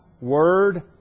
word